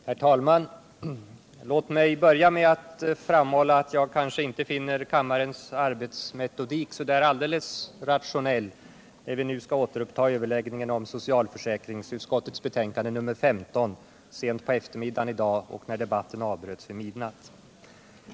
Herr talman! Låt mig börja med att framhålla att jag kanske inte finner kammarens arbetsmetodik särskilt rationell, när vi nu först sent på efter middagen skall återuppta den överläggning om socialförsäkringsutskot Nr 56 tets betänkande nr 15 som avbröts vid midnatt.